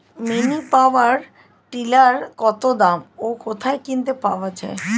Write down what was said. Mini power tiller কত দাম ও কোথায় কিনতে পাওয়া যায়?